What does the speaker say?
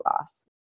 loss